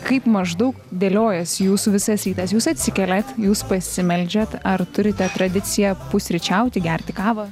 kaip maždaug dėliojasi jūsų visas rytas jūs atsikeliat jūs pasimeldžiat ar turite tradiciją pusryčiauti gerti kavą